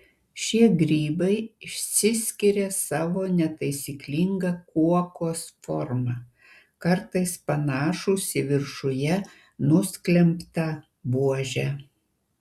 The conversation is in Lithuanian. šie grybai išsiskiria savo netaisyklinga kuokos forma kartais panašūs į viršuje nusklembtą buožę